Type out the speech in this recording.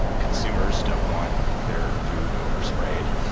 consumers don't want their food over-sprayed.